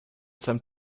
seinem